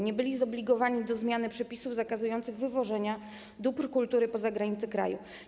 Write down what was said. Nie byli zobligowani do zmiany przepisów zakazujących wywożenia dóbr kultury poza granice kraju.